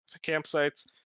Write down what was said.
campsites